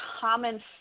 common